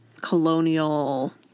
colonial